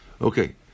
Okay